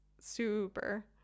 super